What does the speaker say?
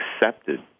accepted